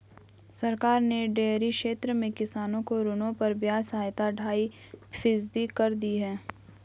सरकार ने डेयरी क्षेत्र में किसानों को ऋणों पर ब्याज सहायता ढाई फीसदी कर दी है